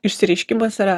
išsireiškimas yra